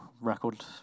record